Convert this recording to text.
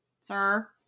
Sir